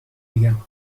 بگم